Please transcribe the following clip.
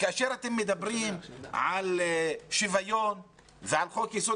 כאשר אתם מדברים על שוויון ועל חוק יסוד